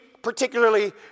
particularly